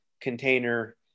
container